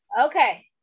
Okay